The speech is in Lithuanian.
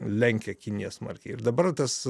lenkia kiniją smarkiai ir dabar tas